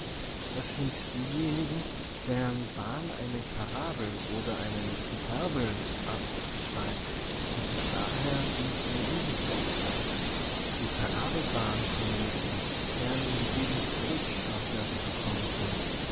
das sind diejenigen deren bahn eine parabel oder einen hyperbelast beschreibt und sich daher ins unendliche erstreckt die parabelbahnkometen kehren in die gegend zurück aus der sie gekommen sind